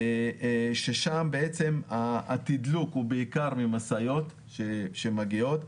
ששם התדלוק הוא בעיקר ממשאיות שמגיעות.